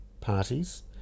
parties